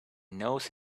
knows